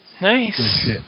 Nice